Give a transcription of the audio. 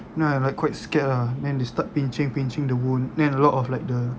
then I like quite scared ah then they start pinching pinching the wound then a lot of like the